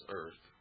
earth